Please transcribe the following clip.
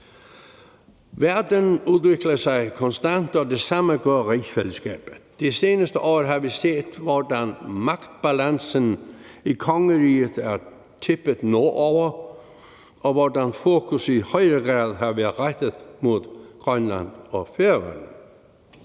Verden udvikler sig konstant, og det samme gør rigsfællesskabet. De seneste år har vi set, hvordan magtbalancen i kongeriget er tippet nordover, og hvordan fokus i højere grad har været rettet mod Grønland og Færøerne.